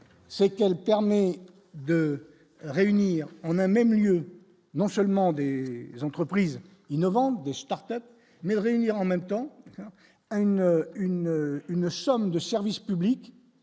c'est qu'elle permet de réunir en un même lieu non seulement des entreprises innovantes, des Start-Up mais de réunir en même temps à une une une somme de services publics